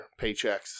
paychecks